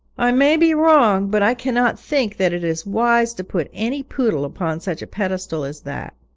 i may be wrong, but i cannot think that it is wise to put any poodle upon such a pedestal as that.